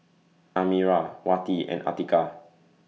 Amirah Wati and Atiqah